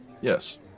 Yes